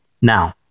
Now